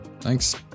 Thanks